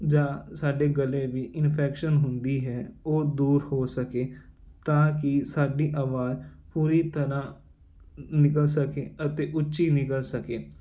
ਜਾਂ ਸਾਡੇ ਗਲੇ ਦੀ ਇਨਫੈਕਸ਼ਨ ਹੁੰਦੀ ਹੈ ਉਹ ਦੂਰ ਹੋ ਸਕੇ ਤਾਂ ਕਿ ਸਾਡੀ ਆਵਾਜ਼ ਪੂਰੀ ਤਰ੍ਹਾਂ ਨਿਕਲ ਸਕੇ ਅਤੇ ਉੱਚੀ ਨਿਕਲ ਸਕੇ